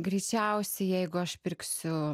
greičiausiai jeigu aš pirksiu